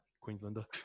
Queenslander